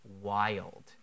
wild